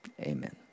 amen